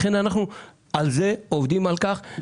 לכן אנחנו עובדים על כך.